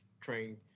train